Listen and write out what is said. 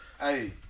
Hey